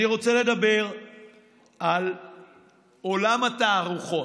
אני רוצה לדבר על עולם התערוכות.